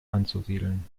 anzusiedeln